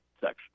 section